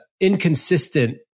inconsistent